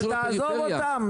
אבל תעזוב אותם.